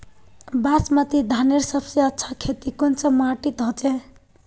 बासमती धानेर सबसे अच्छा खेती कुंसम माटी होचए?